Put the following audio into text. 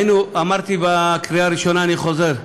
אמרתי בקריאה הראשונה, אני חוזר: